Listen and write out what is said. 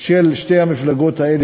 של שתי המפלגות האלה,